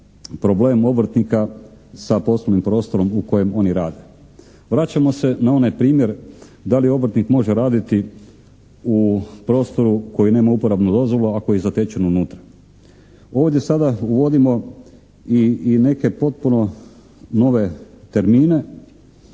problem obrtnika sa poslovnim prostorom u kojem oni rade. Vraćamo se na onaj primjer da li obrtnik može raditi u prostoru koji nema uporabnu dozvolu, ako je zatečen unutra. Ovdje sada uvodimo i neke potpuno nove termine